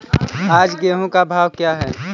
आज गेहूँ का भाव क्या है?